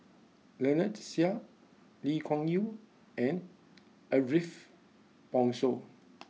Lynnette Seah Lee Kuan Yew and Ariff Bongso